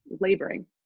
laboring